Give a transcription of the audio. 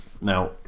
now